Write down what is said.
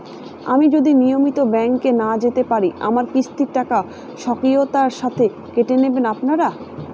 আমি যদি নিয়মিত ব্যংকে না যেতে পারি আমার কিস্তির টাকা স্বকীয়তার সাথে কেটে নেবেন আপনারা?